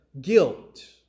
guilt